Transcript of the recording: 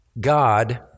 God